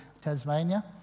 Tasmania